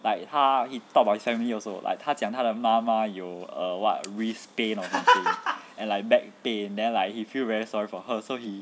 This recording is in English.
like 他 he talk about family also like 他讲他的妈妈有 err what wrist pain or something and like back pain then like he feel very sorry for her so he